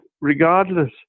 regardless